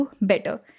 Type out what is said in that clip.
better